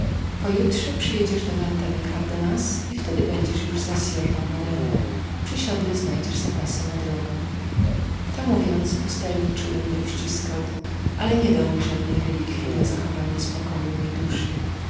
jutrze przyjedziesz do venta de cardegnas i wtedy będziesz już za sierra moreną przy siodle znajdziesz niektóre zapasy na drogę to mówiąc pustelnik czule mnie uściskał ale nie dał mi żadnej relikwji dla zachowania spokoju mej duszy